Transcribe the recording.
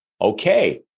Okay